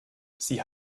sie